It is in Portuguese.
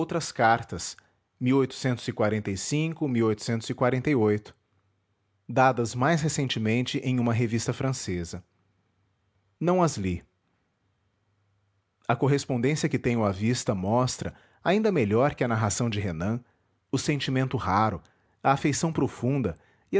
para a dadas mais recentemente em uma revista francesa não as li a correspondência que tenho à vista mostra ainda melhor que a narração de renan o sentimento raro a afeição profunda